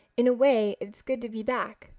in a way it is good to be back.